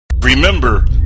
Remember